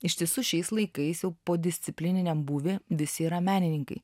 iš tiesų šiais laikais jau podisciplininiam būvy visi yra menininkai